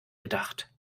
gedacht